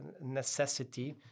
necessity